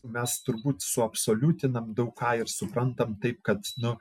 mes turbūt suabsoliutiname daug ką ir suprantame taip kad nu